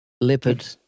leopard